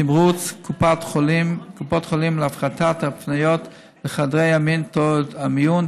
תמרוץ קופות חולים להפחתת הפניות לחדרי המיון